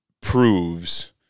Proves